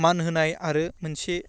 मान होनाय आरो मोनसे